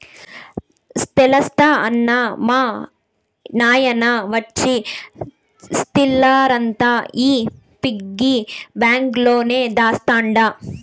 తెల్సా అన్నా, మా నాయన ఇచ్చిన సిల్లరంతా ఈ పిగ్గి బాంక్ లోనే దాస్తండ